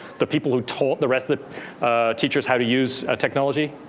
the people who taught the rest of the teachers how to use ah technology.